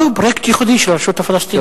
לא, פרויקט ייחודי של הרשות הפלסטינית.